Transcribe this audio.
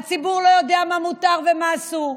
הציבור לא יודע מה מותר ומה אסור.